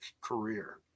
career